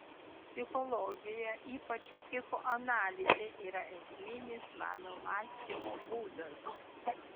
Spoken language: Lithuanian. psichologija ypač psichoanalizė yra esminis mano mąstymo būdas